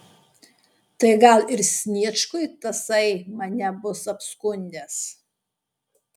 tai gal ir sniečkui tasai mane bus apskundęs